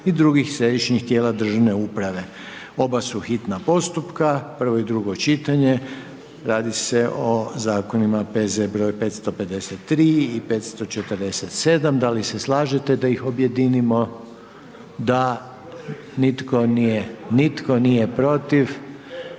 i drugih središnjih tijela državne uprave. Oba su hitna postupka, prvo i drugo čitanje, radi se o zakonima PZ br. 553 i 547. Da li se slažete da ih objedinimo? Da, nitko nije protiv.